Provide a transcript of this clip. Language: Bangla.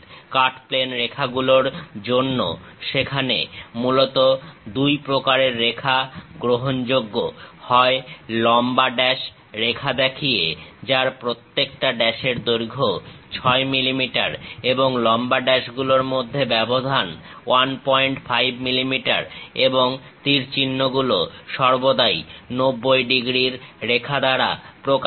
কাট প্লেন রেখাগুলোর জন্য সেখানে মূলত দুই প্রকারের রেখা গ্রহণযোগ্য হয় লম্বা ড্যাশ রেখা দেখিয়ে যার প্রত্যেকটা ড্যাশের দৈর্ঘ্য 6mm এবং লম্বা ড্যাশগুলোর মধ্যে ব্যবধান 15 mm এবং তীর চিহ্ন গুলো সর্বদাই 90 ডিগ্রীর রেখা দ্বারা প্রকাশিত